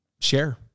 share